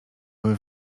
były